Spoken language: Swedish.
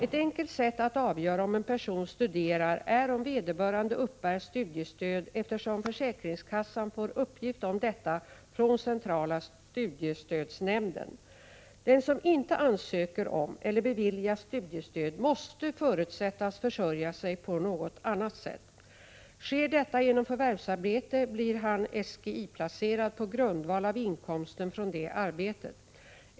Ett enkelt sätt att avgöra om en person studerar är om vederbörande uppbär studiestöd, eftersom försäkringskassan får uppgift om detta från centrala studiestödsnämnden. Den som inte ansöker om eller beviljas studiestöd måste förutsättas försörja sig på något annat sätt. Sker detta genom förvärvsarbete blir han SGI placerad på grundval av inkomsten från det arbetet.